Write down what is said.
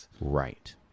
right